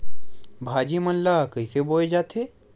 भाजी मन ला कइसे बोए जाथे?